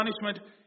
punishment